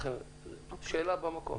שאלה במקום.